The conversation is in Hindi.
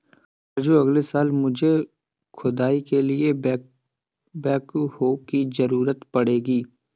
राजू अगले साल मुझे खुदाई के लिए बैकहो की जरूरत पड़ेगी